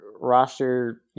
roster